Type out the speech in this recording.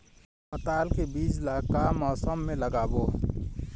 पताल के बीज ला का मौसम मे लगाबो?